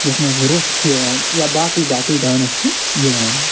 یَتھ منٛز روٚف چھِ یِوان یا باقٕے باقٕے ڈانٕس چھِ یِوان